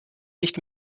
nicht